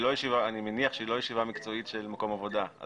אני מניח שהיא לא ישיבה מקצועית של מקום עבודה.